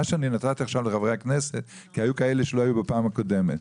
מה שנתתי לחברי הכנסת כי היו כאלה שלא היו בפעם הקודמת.